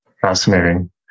Fascinating